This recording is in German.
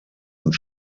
und